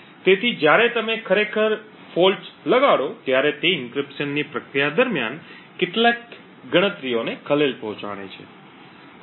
તેથી જ્યારે તમે ખરેખર દોષ લગાડો ત્યારે તે એન્ક્રિપ્શનની પ્રક્રિયા દરમિયાન કેટલાક ગણતરીઓને ખલેલ પહોંચાડે છે